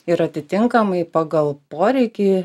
ir atitinkamai pagal poreikį